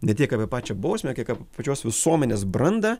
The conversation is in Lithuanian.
ne tiek apie pačią bausmę kiek apie pačios visuomenės brandą